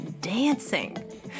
dancing